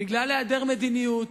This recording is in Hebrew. בגלל העדר מדיניות.